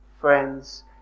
friends